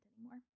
anymore